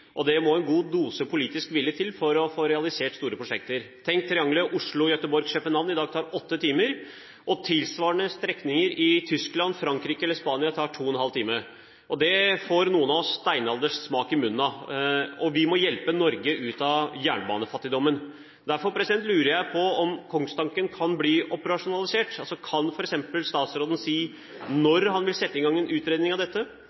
Det må en god dose politisk vilje til for å få realisert store prosjekter. Tenk at triangelet Oslo–Göteborg–København tar i dag 8 timer, mens tilsvarende strekninger i Tyskland, Frankrike eller Spania tar 2,5 timer. Det får noen av oss steinaldersmak i munnen av. Vi må hjelpe Norge ut av jernbanefattigdommen. Derfor lurer jeg på om kongstanken kan bli operasjonalisert. Kan f.eks. statsråden si når han vil sette i gang en utredning av dette?